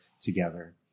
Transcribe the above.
together